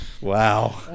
Wow